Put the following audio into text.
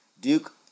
Duke